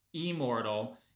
Immortal